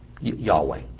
Yahweh